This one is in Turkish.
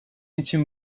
için